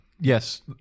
Yes